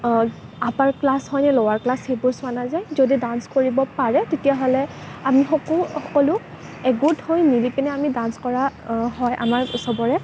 upper class হয়নে lower class সেইবোৰ চোৱা নাযায় যদি ডান্স কৰিব পাৰে তেতিয়াহ'লে আমি সকলো একগোট হয় মিলি পেলাই আমি ডান্স কৰা হয় আমাৰ সবৰে